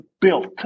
built